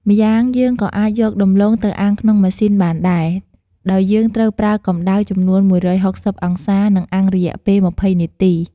ម្យ៉ាងយើងក៏អាចយកដំទ្បូងទៅអាំងក្នុងម៉ាស៊ីនបានដែរ ដោយយើងត្រូវប្រើកម្ដៅចំនួន១៦០អង្សា និងអាំងរយៈពេល២០នាទី។